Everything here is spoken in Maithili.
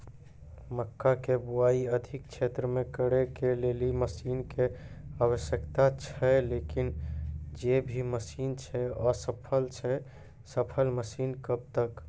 मक्का के बुआई अधिक क्षेत्र मे करे के लेली मसीन के आवश्यकता छैय लेकिन जे भी मसीन छैय असफल छैय सफल मसीन कब तक?